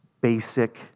basic